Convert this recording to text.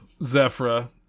Zephra